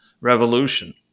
revolution